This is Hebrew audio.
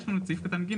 יש לנו את סעיף קטן (ג),